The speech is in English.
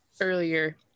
earlier